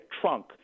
trunk